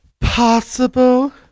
possible